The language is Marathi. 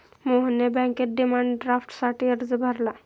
मोहनने बँकेत डिमांड ड्राफ्टसाठी अर्ज भरला